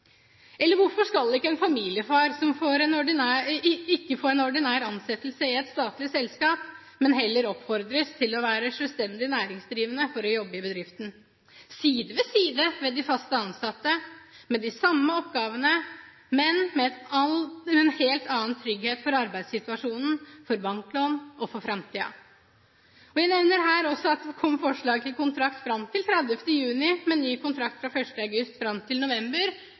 Eller hvorfor får en familiefar ikke ordinær ansettelse i et statlig selskap, men heller oppfordres til å være selvstendig næringsdrivende for å jobbe i bedriften – side ved side med de fast ansatte, med de samme oppgavene, men med en helt annen trygghet for arbeidssituasjonen, for banklån og for framtiden? Jeg nevner her at det også kom forslag til kontrakt fram til 30. juni, med ny kontrakt fra 1. august og fram til november,